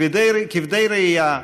כבדי ראייה,